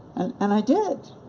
and and i did!